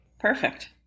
Perfect